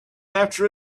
after